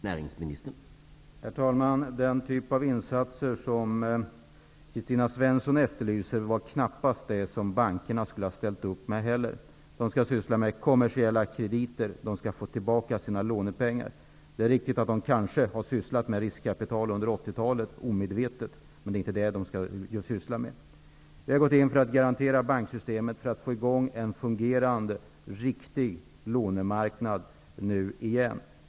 Herr talman! Den typ av insatser som Kristina Svensson efterlyser är knappast något som bankerna skall ställa upp med. De skall syssla med kommersiella krediter. De skall få tillbaka sina utlånade pengar. Det är riktigt att de kanske omedvetet har sysslat med riskkapital under 80-talet, men det är inte det som de skall syssla med. Vi har gått in för att garantera banksystemet för att få i gång en fungerande riktig lånemarknad igen.